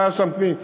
משהו בנהג?